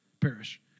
perish